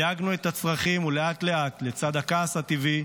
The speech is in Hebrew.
דייקנו יחד את הצרכים, ולאט-לאט, לצד הכעס הטבעי,